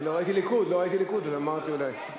לא ראיתי ליכוד אז אמרתי, אולי.